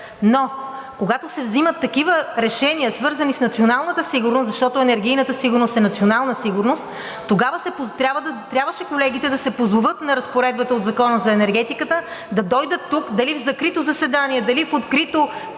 но когато се вземат такива решения, свързани с националната сигурност, защото енергийната сигурност е национална сигурност, тогава трябваше колегите да се позоват на разпоредбата от Закона за енергетиката, да дойдат тук – дали в закрито заседание, дали в открито,